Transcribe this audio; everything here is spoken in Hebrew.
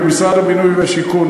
כמשרד הבינוי והשיכון,